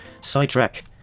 Sidetrack